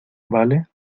vale